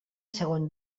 segon